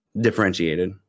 differentiated